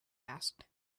asked